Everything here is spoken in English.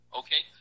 okay